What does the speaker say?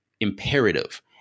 imperative